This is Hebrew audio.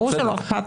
ברור שלא אכפת לך.